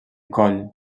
coll